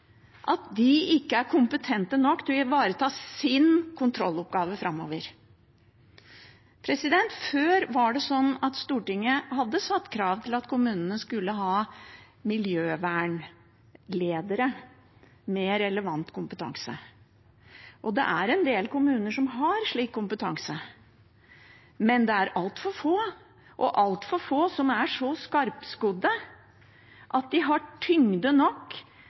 at de ikke er kompetente nok til å ivareta sin kontrolloppgave framover? Før var det slik at Stortinget stilte krav til at kommunene skulle ha miljøvernledere med relevant kompetanse. Det er en del kommuner som har slik kompetanse, men det er altfor få, og altfor få som er så skarpskodde at de har tyngde nok